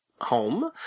home